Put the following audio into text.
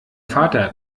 vater